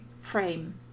frame